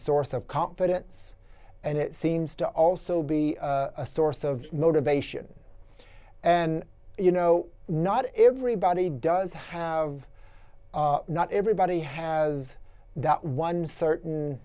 source of confidence and it seems to also be a source of motivation and you know not everybody does have not everybody has that one certain